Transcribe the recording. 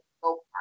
go